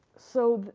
so,